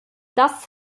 das